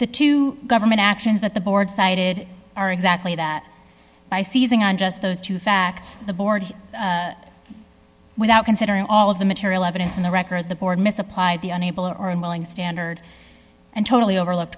to two government actions that the board cited are exactly that by seizing on just those two facts the board without considering all of the material evidence in the record the board misapplied the unable or unwilling standard and totally overlooked